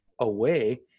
away